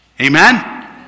amen